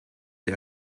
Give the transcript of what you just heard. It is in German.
der